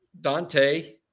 Dante